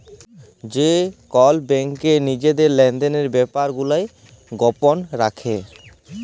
যে কল ব্যাংক লিজের লেলদেলের ব্যাপার গুলা গপল রাখে